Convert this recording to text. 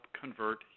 convert